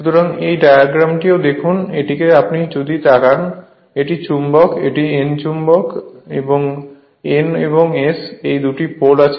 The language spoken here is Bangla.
সুতরাং এই ডায়াগ্রামটিও দেখুন এটিকে আপনি যদি তাকান তবে এটি চুম্বক এটি N চুম্বক N এবং S এই দুটি পোল আছে